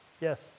Yes